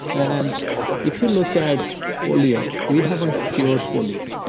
and if you look at polio, we haven't cured polio.